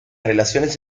relaciones